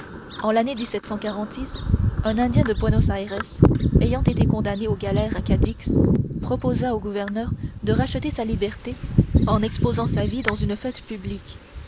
en lannée un indien de buenos aires ayant été condamné aux galères à cadix proposa au gouverneur de racheter sa liberté en exposant sa vie dans une fête publique